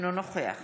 אינו נוכח